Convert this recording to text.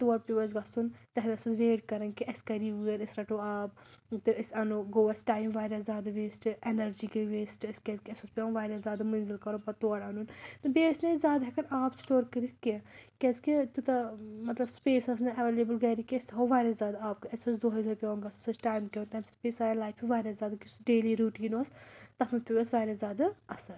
تور پیوٚو اَسہِ گژھُن تَتھٮ۪ن ٲسۍ أسۍ ویٹ کَران کہِ اَسہِ کَر یی وٲرۍ أسۍ رَٹو آب تہٕ أسۍ اَنو گوٚو اَسہِ ٹایم واریاہ زیادٕ ویسٹ اٮ۪نَرجی گٔے ویسٹ أسۍ کیٛازکہِ اَسہِ اوس پٮ۪وان واریاہ زیادٕ مٔنٛزِل کَرُن پَتہٕ تورٕ اَنُن تہٕ بیٚیہِ ٲسۍ نہٕ أسۍ زیادٕ ہٮ۪کان آب سٕٹور کٔرِتھ کیٚنٛہہ کیٛازکہِ تیوٗتاہ مطلب سٕپیس ٲس نہٕ اٮ۪وَلیبٕل گَرِ کہِ أسۍ تھاوو واریاہ زیادٕ آب اَسہِ اوس دۄہَے دۄہَے پٮ۪وان گژھُن سُہ اوس ٹایم کھٮ۪وان تَمہِ سۭتۍ پے سانہِ لایفہِ واریاہ زیادٕ یُس ڈیلی روٗٹیٖن اوس تَتھ منٛز پیوٚو اَسہِ واریاہ زیادٕ اَثَر